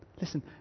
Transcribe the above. listen